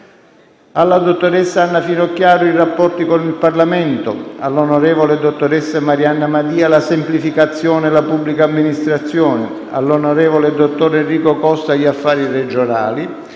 alla dott.ssa Anna FINOCCHIARO i rapporti con il Parlamento; - all'onorevole dottoressa Maria Anna MADIA la semplificazione e la pubblica amministrazione; - all'on. dott. Enrico COSTA gli affari regionali;